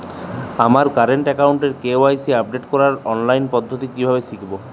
আমার কারেন্ট অ্যাকাউন্টের KYC update করার অনলাইন পদ্ধতি কীভাবে শিখব?